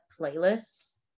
playlists